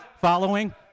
following